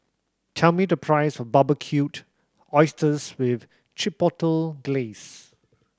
tell me the price of Barbecued Oysters with Chipotle Glaze